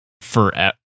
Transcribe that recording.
forever